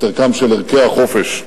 את ערכם של ערכי החופש.